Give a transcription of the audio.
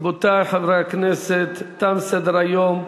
רבותי חברי הכנסת, תם סדר-היום.